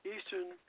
Eastern